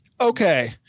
Okay